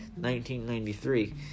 1993